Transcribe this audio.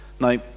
Now